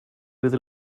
with